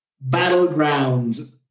battleground